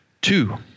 Two